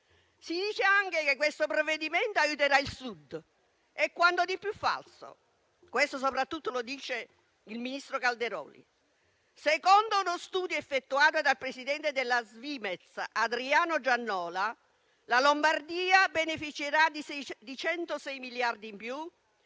Si dice anche che questo provvedimento aiuterà il Sud, ma è quanto di più falso (questo lo dice soprattutto il ministro Calderoli). Secondo uno studio effettuato dal presidente della Svimez, Adriano Giannola, la Lombardia beneficerà di 106 miliardi in più,